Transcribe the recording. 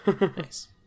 nice